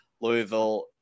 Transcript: Louisville